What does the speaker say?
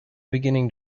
beginning